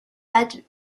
bade